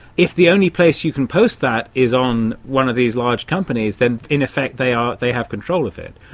if the only place you can post that is on one of these large companies, then in effect they um they have control control of it,